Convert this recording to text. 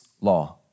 law